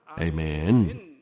Amen